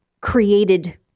created